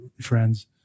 friends